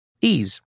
Ease